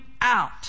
out